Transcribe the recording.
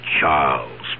Charles